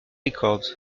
records